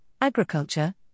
agriculture